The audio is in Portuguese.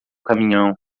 caminhão